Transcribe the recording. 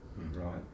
right